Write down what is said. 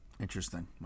Interesting